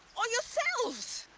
or yourselves?